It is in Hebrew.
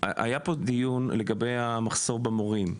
היה פה דיון לגבי המחסור במורים.